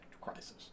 crisis